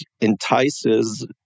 entices